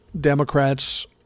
Democrats